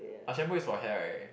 but shampoo is for hair right